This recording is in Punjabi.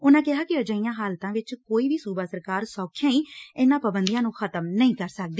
ਉਨੂਾ ਕਿਹਾ ਕਿ ਅਜਿਹੀਆਂ ਹਾਲਤਾਂ ਵਿੱਚ ਕੋਈ ਵੀ ਸੂਬਾ ਸਰਕਾਰ ਸੌਖਿਆਂ ਹੀ ਇਨੂਾਂ ਪਾਬੰਦੀਆਂ ਨੂੰ ਖਤਮ ਨਹੀ ਕਰ ਸਕਦੀ